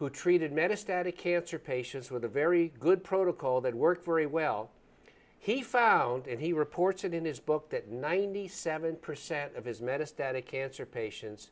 who treated maddest at a cancer patients with a very good protocol that worked very well he found and he reported in his book that ninety seven percent of his maddest at a cancer patients